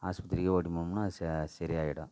ஹாஸ்பத்திரிக்கே ஓட்டிகிட்டு போனோம்னா அது ச சரி ஆகிடும்